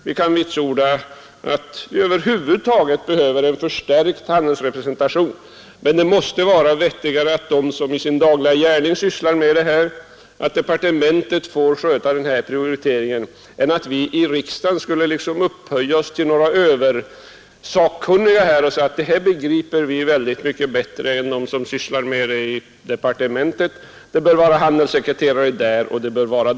Utskottet vitsordar att vi över huvud taget behöver en förstärkt handelsrepresentation, men det måste vara vettigare att departementet och de som i sin dagliga gärning sysslar med dessa frågor får sköta denna prioritering, i stället för att vi i riksdagen liksom skulle upphöja oss till någon sorts översakkunniga och säga att detta begriper vi mycket bättre än dem som sysslar med frågorna i departementet; det bör finnas handelssekreterare där och där och där.